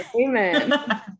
Amen